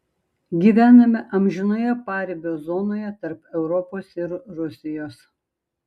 gyvename amžinoje paribio zonoje tarp europos ir rusijos